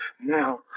now